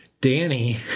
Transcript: Danny